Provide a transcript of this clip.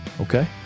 Okay